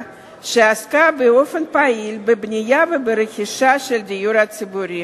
שעסקה באופן פעיל בבנייה וברכישה של דיור ציבורי,